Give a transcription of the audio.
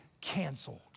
Canceled